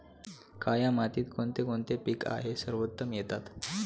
काया मातीत कोणते कोणते पीक आहे सर्वोत्तम येतात?